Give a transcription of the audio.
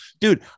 dude